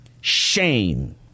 Shame